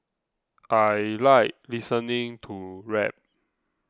I like listening to rap